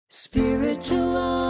Spiritual